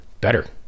better